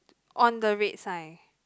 on the red sign